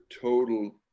total